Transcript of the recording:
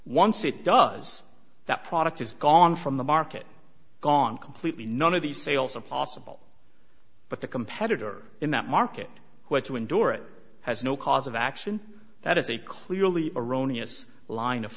once it does that product is gone from the market gone completely none of these sales are possible but the competitor in that market who had to endure it has no cause of action that is a clearly erroneous line of